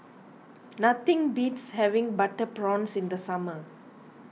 nothing beats having Butter Prawns in the summer